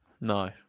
No